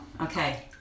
Okay